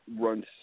runs